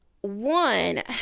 one